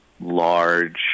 large